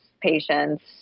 patients